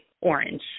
orange